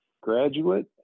graduate